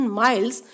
miles